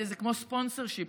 זה כמו sponsorship,